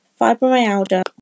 Fibromyalgia